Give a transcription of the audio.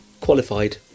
qualified